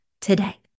today